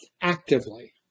actively